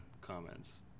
comments